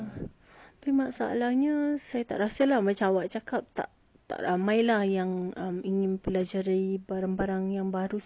tapi masalahnya saya tak rasa macam awak cakap tak ramai lah yang mempelajari barang-barang baru seperti ini